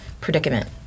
Predicament